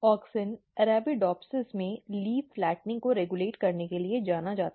auxin Arabidopsis में leaf flattening को regulate करने के लिए जाना जाता है